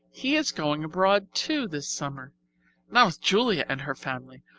he is going abroad too this summer not with julia and her family,